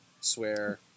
swear